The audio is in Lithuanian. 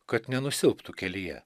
kad nenusilptų kelyje